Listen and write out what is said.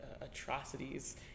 atrocities